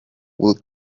will